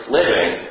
living